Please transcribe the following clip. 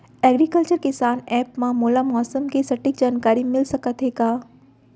Agriculture किसान app मा मोला मौसम के सटीक जानकारी मिलिस सकत हे का?